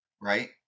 right